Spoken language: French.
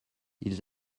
ils